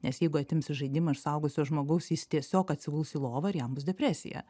nes jeigu atimsi žaidimą iš suaugusio žmogaus jis tiesiog atsiguls į lovą ir jam bus depresija